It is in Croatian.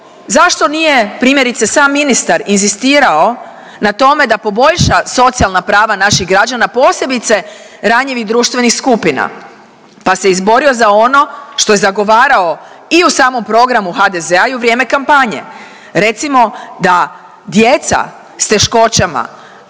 zašto nije primjerice sam ministar inzistirao na tome da poboljša socijalna prava naših građana, posebice ranjivih društvenih skupina, pa se izborio za ono što je zagovarao i u samom programu HDZ-a i u vrijeme kampanje. Recimo da djeca s teškoćama